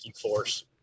force